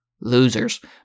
Losers